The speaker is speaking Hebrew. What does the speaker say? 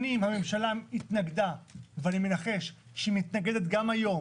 שנים הממשלה התנגדה ואני מנחש שהיא מתנגדת גם היום